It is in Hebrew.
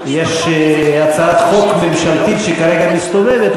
יש הצעת חוק ממשלתית שכרגע מסתובבת,